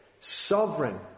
sovereign